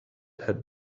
had